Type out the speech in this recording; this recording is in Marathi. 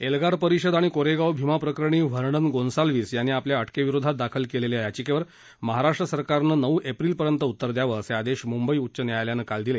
एल्गार परिषद आणि कोरेगाव भीमा प्रकरणी वर्णन गोन्साल्विस यांनी आपल्या अटकेविरोधात दाखल केलेल्या याचिकेवर महाराष्ट्र सरकारनं नऊ एप्रिल पर्यंत उत्तर द्यावं असे आदेश मुंबई उच्च न्यायालयानं काल दिले